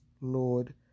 Lord